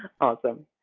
Awesome